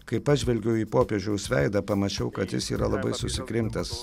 kai pažvelgiau į popiežiaus veidą pamačiau kad jis yra labai susikrimtęs